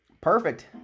perfect